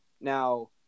Now